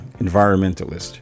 environmentalist